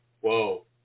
Whoa